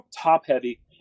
top-heavy